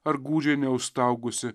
ar gūdžiai neužstaugusi